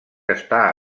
està